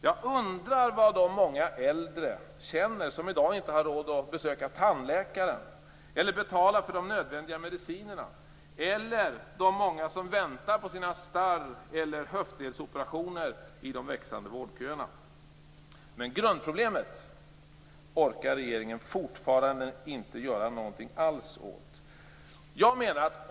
Jag undrar vad de många äldre känner som i dag inte har råd att besöka tandläkaren eller betala för de nödvändiga medicinerna och de många som väntar på sina starr eller höftledsoperationer i de växande vårdköerna. Men grundproblemet orkar regeringen fortfarande inte göra något alls åt.